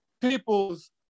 People's